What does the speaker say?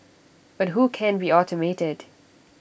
but who can be automated